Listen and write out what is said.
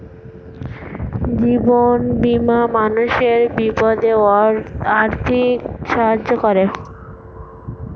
জীবন বীমা মানুষের বিপদে আর্থিক সাহায্য করে